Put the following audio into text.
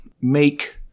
make